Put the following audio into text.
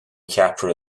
ceapaire